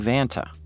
Vanta